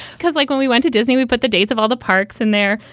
because like when we went to disney, we put the dates of all the parks in there.